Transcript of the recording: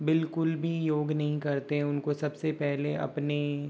बिल्कुल भी योग नहीं करते उनको सबसे पहले अपनी